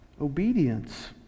obedience